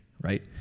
right